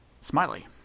Smiley